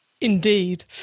Indeed